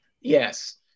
Yes